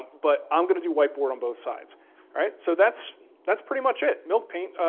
but i'm gonna do whiteboard on both sides, all right? so that's that's pretty much it. milk paint,